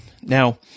Now